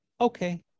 Okay